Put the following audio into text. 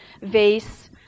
vase